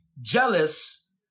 jealous